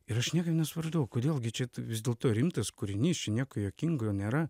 ir aš niekaip nesupratau kodėl gi čia vis dėlto rimtas kūrinys čia nieko juokingo nėra